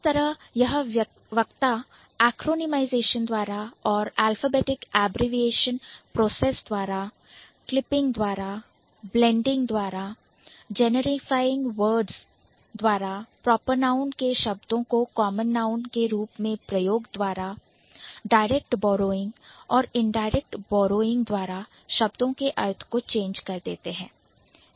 किस तरह यह वक्ता Acronymization एक्रोनीमाईजेशन द्वारा और Alphabetic Abbreviation process alphabetic abbreviation process द्वारा Clipping क्लिपिंग द्वारा Blending blending generifying words generifying words Proper Noun proper noun के शब्दों को Common Noun कॉमन नाउन के रूप में प्रयोग द्वारा Direct Borrowing डायरेक्ट बौरोइंग और Indirect orrowing इनडायरेक्ट बौरोइंग द्वारा शब्दों के अर्थ को चेंज कर देते हैं